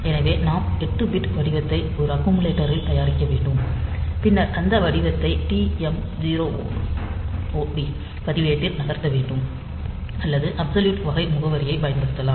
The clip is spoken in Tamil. எனவே நாம் 8 பிட் வடிவத்தை ஒரு அக்குமுலேட்டரில் தயாரிக்க வேண்டும் பின்னர் அந்த வடிவத்தை இந்த TMOD பதிவேட்டில் நகர்த்த வேண்டும் அல்லது அப்சொலியூட் வகை முகவரியைப் பயன்படுத்தலாம்